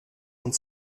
und